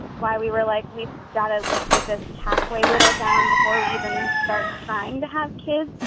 why we were like, we've got to at least get this halfway whittled down before we even start trying to have kids.